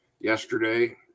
yesterday